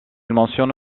mentionne